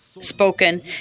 spoken